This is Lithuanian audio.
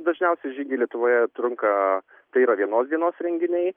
dažniausiai žygiai lietuvoje trunka tai yra vienos dienos renginiai